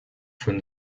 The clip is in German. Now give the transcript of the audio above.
von